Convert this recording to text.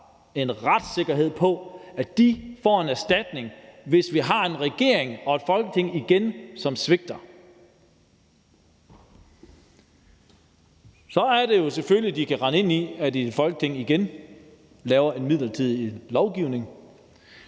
en retssikkerhed, med hensyn til at de får en erstatning, hvis vi igen har en regering og et Folketing, som svigter. Så er det jo, at de selvfølgelig kan rende ind i, at Folketinget igen laver en midlertidig lovgivning